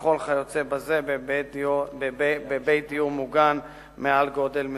וכל כיוצא בזה, בבית דיור מוגן מעל גודל מסוים.